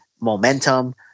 momentum